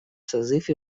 созыв